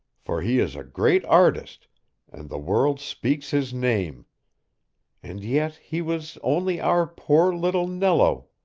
for he is a great artist and the world speaks his name and yet he was only our poor little nello,